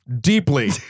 deeply